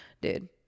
dude